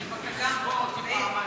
אני מבקש כך, לפרוטוקול: